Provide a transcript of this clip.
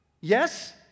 Yes